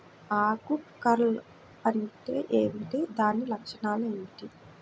ఆకు కర్ల్ అంటే ఏమిటి? దాని లక్షణాలు ఏమిటి?